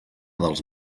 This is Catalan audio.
dels